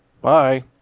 Bye